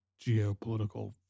geopolitical